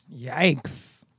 Yikes